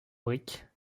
brique